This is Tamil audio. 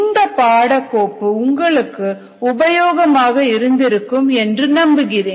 இந்த பாட கோப்பு உங்களுக்கு உபயோகமாக இருந்திருக்கும் என்று நம்புகிறேன்